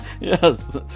Yes